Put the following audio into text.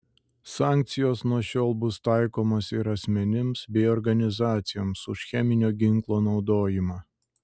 sankcijos nuo šiol bus taikomos ir asmenims bei organizacijoms už cheminio ginklo naudojimą